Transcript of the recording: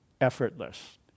effortless